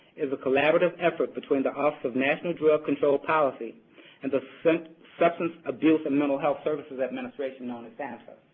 is a collaborative effort between the office of national drug control policy and the substance abuse and mental health services administration, known as samhsa.